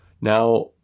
Now